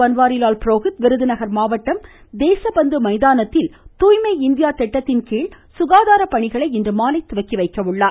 பன்வாரிலால் புரோகித் விருதுநகர் மாவட்டம் தேசப்பந்து மைதானத்தில் துாய்மை இந்தியா திட்டத்தின்கீழ் சுகாதார பணிகளை இன்று மாலை துவக்கி வைக்கிறார்